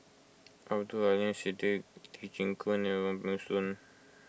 Abdul Aleem Siddique Lee Chin Koon and Wong Peng Soon